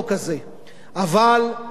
אבל המצב הוא של דואופול,